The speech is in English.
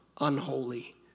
unholy